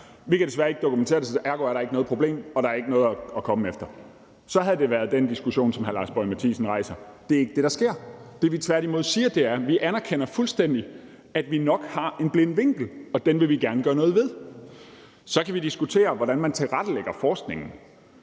at vi desværre ikke kan dokumentere det, ergo er der ikke noget problem, og der er ikke noget at komme efter, så havde det været den diskussion, som hr. Lars Boje Mathiesen rejser. Det er ikke det, der sker. Det, vi tværtimod siger, er, at vi anerkender fuldstændig, at vi nok har en blind vinkel, og den vil vi gerne gøre noget ved. Så kan vi diskutere, hvordan man tilrettelægger forskningen.